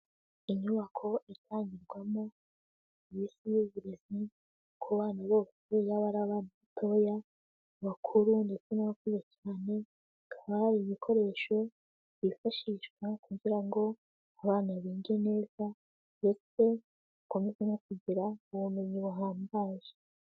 Inyubako itangirwamo serisi y'uburezi ku bana bose, yaba ari abana batoya, abakuru, ndetse n'abakuze cyane, hakaba hari ibikoresho byifashishwa kugira ngo abana bige neza ndetse bakomeze no kugira ubumenyi buhambaye.